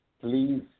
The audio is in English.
Please